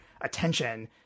attention